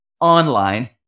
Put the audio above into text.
online